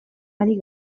ari